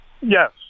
Yes